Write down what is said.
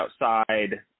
outside